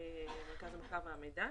מרכז המחקר והמידע.